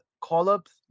call-ups